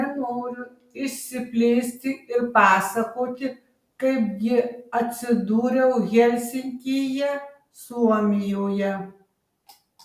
nenoriu išsiplėsti ir pasakoti kaip gi atsidūriau helsinkyje suomijoje